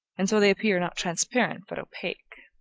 and so they appear not transparent but opake.